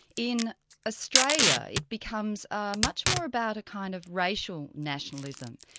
in australia it becomes ah much more about a kind of racial nationalism.